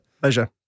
Pleasure